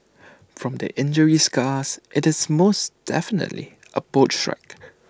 from the injury scars IT is most definitely A boat strike